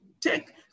take